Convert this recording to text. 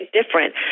different